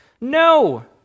No